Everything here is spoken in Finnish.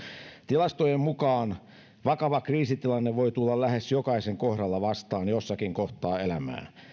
tilastojen mukaan vakava kriisitilanne voi tulla lähes jokaisen kohdalla vastaan jossakin kohtaa elämää